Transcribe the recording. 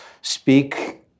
speak